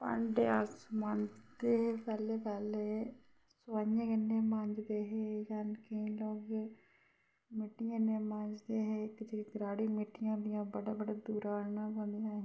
भांडे अस माजंदे हे पैह्ले पैह्ले स्वाइयें कन्नै मांजदे हे जां केईं लोक मिट्टियै ने मांजदे हे इक जेह्ड़ी गराडी मिट्टियां होंदियां ओह् बड़े बड़े दूरा आह्नना पौंदियां हियां